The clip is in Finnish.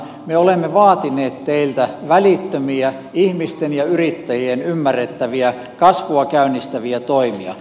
me olemme vaatineet teiltä välittömiä ihmisten ja yrittäjien ymmärrettäviä kasvua käynnistäviä toimia